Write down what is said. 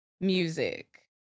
music